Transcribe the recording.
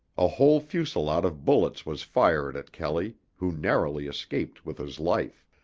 a whole fusillade of bullets was fired at kelley who narrowly escaped with his life.